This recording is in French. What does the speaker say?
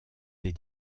des